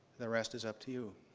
the rest is up to you.